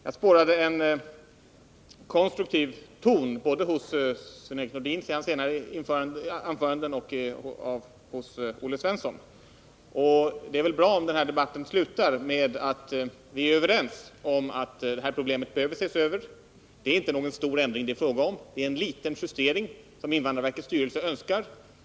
Jag spårade en konstruktiv ton både hos Sven-Erik Nordin i hans senare anföranden och hos Olle Svensson, och det är bra om den här debatten slutar med att vi är överens om att detta problem behöver ses över. Det är inte fråga om någon stor ändring, utan det gäller en liten justering som invandrarverkets styrelse önskar få.